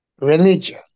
religion